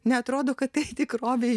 neatrodo kad tai tikrovėj